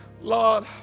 Lord